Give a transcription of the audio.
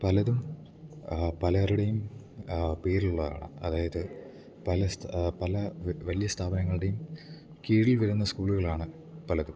പലതും പലരുടേം പേരിലുള്ളതാണ് അതായത് പലസ്ഥ പല വലിയ സ്ഥാപനങ്ങൾടേം കീഴീൽ വര്ന്ന സ്കൂള്കളാണ് പലതും